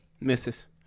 Misses